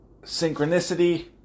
synchronicity